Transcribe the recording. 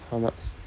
how much